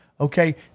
okay